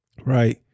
right